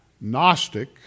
Gnostic